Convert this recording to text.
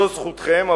זאת זכותכם,